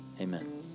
amen